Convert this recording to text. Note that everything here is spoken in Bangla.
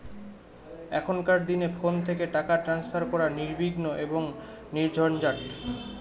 এখনকার দিনে ফোন থেকে টাকা ট্রান্সফার করা নির্বিঘ্ন এবং নির্ঝঞ্ঝাট